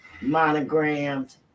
monogrammed